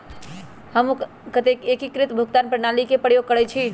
हमहु एकीकृत भुगतान प्रणाली के प्रयोग करइछि